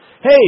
Hey